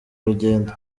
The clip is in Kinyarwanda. rugendo